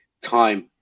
time